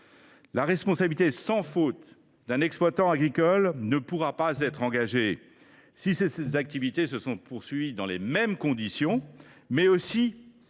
la responsabilité sans faute d’un exploitant agricole ne pourra pas être engagée si ses activités se sont poursuivies dans les mêmes conditions ou si